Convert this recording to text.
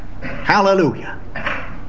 hallelujah